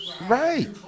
Right